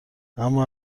اما